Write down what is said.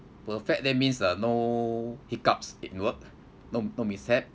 perfect day means uh no hiccups in work no no mishap